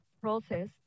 process